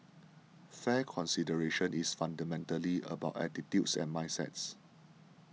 fair consideration is fundamentally about attitudes and mindsets